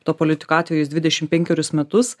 to politiko atveju jis dvidešim penkerius metus